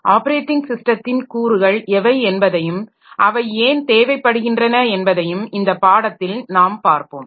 operating ஸிஸ்டத்தின் கூறுகள் எவை என்பதையும் அவை ஏன் தேவைப்படுகின்றன என்பதையும் இந்த பாடத்தில் நாம் பார்ப்போம்